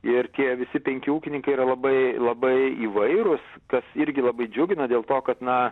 ir tie visi penki ūkininkai yra labai labai įvairūs kas irgi labai džiugina dėl to kad na